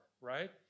right